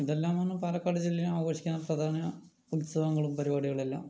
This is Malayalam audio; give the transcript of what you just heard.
ഇതെല്ലാമാണ് പാലക്കാട് ജില്ലയിൽ ആഘോഷിക്കാൻ പ്രധാന ഉത്സവങ്ങളും പരിപാടികളും എല്ലാം